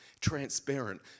transparent